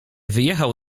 wyjechał